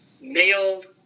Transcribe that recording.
mailed